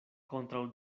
kontraŭ